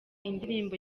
indirimbo